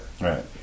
Right